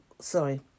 sorry